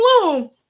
Bloom